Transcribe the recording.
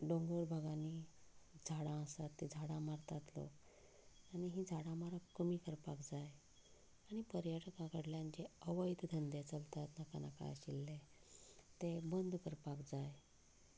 दोंगर भागांनी झाडां आसात ते झाडां मारतात लोक आमी हीं झाडां मारप कमी करपाक जाय आनी पर्यटकां कडल्यान जे अवैध धंदे चलतात नाका नाका आशिल्ले ते बंद करपाक जाय